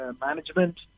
management